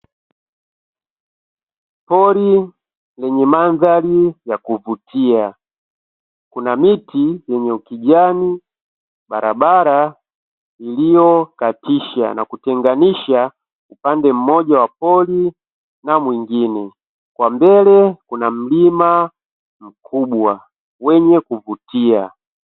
Pori lenye mandhari ya kuvutia kuna miti yenye ukijani, barabara iliyokatisha na kutenganisha upande mmoja wa pori na mwingine kwa mbele kuna mlima mkubwa wenye kuvutia.